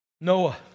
Noah